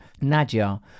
Nadia